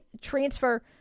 transfer